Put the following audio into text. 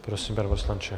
Prosím, pane poslanče.